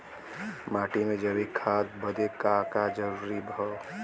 माटी में जैविक खाद बदे का का जरूरी ह?